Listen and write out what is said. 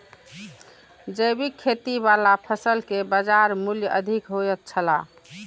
जैविक खेती वाला फसल के बाजार मूल्य अधिक होयत छला